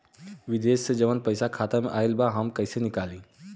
विदेश से जवन पैसा खाता में आईल बा हम कईसे निकाली?